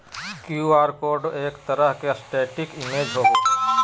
Q R code एक तरह के स्टेटिक इमेज होबो हइ